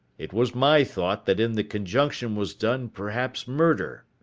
it was my thought that in the conjunction was done perhaps murder.